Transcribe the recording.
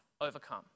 overcome